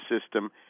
system